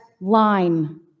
line